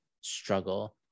struggle